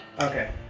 Okay